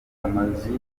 amazuru